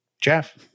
Jeff